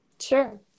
Sure